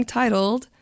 titled